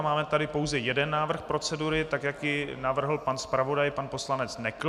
Máme tady pouze jeden návrh procedury, jak ji navrhl zpravodaj, pan poslanec Nekl.